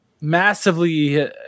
massively